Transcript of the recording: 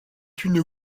une